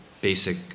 basic